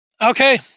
Okay